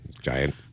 giant